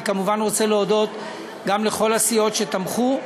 אני, כמובן, רוצה להודות גם לכל הסיעות שתמכו.